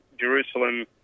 Jerusalem